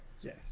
Yes